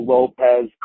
Lopez